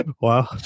wow